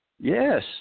Yes